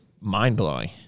mind-blowing